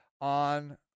on